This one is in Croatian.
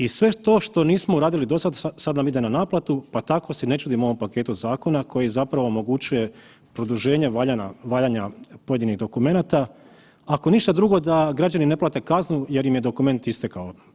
I sve to što nismo uradili dosad sada nam ide na naplatu, pa tako se i ne čudim ovom paketu zakona koji zapravo omogućuje produženje valjanja pojedinih dokumenata, ako ništa drugo da građani ne plate kaznu jer im je dokument istekao.